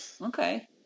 Okay